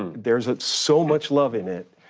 there's ah so much love in it,